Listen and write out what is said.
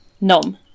Nom